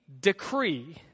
decree